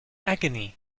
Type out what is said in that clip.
agony